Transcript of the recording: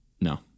No